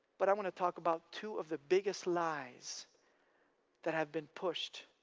but i want to talk about two of the biggest lies that have been pushed